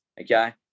Okay